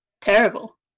Terrible